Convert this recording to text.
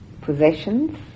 possessions